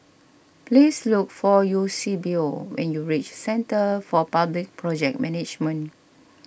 please look for Eusebio when you reach Centre for Public Project Management